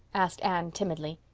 asked anne timidly.